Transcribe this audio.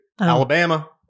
Alabama